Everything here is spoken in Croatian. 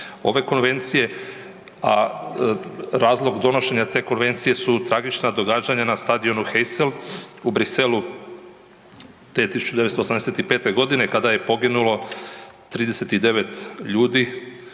ove Konvencije, a razlog donošenja te Konvencije su tragična događanja na stadionu Heysel u Bruxellesu te 1985. g. kada je poginulo 39 ljudi.